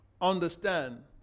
understand